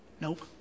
Nope